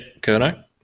Kerno